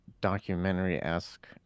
documentary-esque